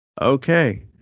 Okay